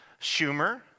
Schumer